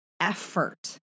Effort